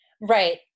Right